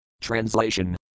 Translation